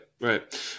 Right